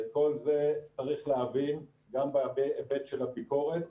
את כל זה צריך להבין גם בהיבט של הביקורת.